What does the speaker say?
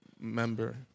member